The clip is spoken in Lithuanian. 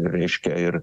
reiškia ir